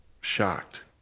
shocked